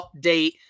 update